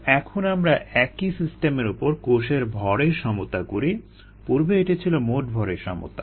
তো এখন আমরা একই সিস্টেমের উপর কোষের ভরের সমতা করি পূর্বে এটি ছিল মোট ভরের সমতা